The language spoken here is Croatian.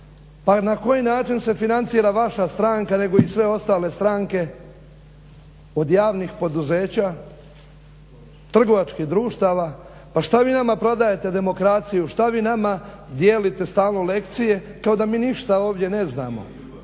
Pa na koji način se financira i vaša stranka nego i sve ostale stranke od javnih poduzeća, trgovačkih društava. Pa šta vi nama prodajte demokraciju, šta vi nama dijelite stalno lekcije kao da mi ništa ovdje ne znamo.